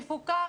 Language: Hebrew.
מפוקח.